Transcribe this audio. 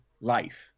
life